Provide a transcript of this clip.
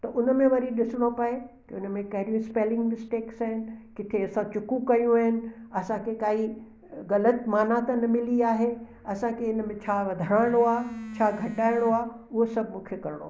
त हुन में वरी ॾिसिणो पिए कि हुन में कंहिड़ियूं स्पेलिंगि मिस्टेक्स आहिनि किथे असां चुकूं कयूं आहिनि असांखे काई ग़लति माना त न मिली आहे असांखे हिन में छा वधाइणो आहे छा घटाइणो आहे उहो सभु मूंखे करिणो पियो